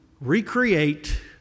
recreate